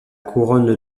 couronne